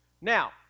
Now